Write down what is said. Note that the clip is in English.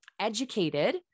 educated